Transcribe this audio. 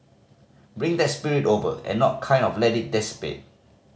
bring that spirit over and not kind of let it dissipate